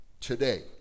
today